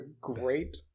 great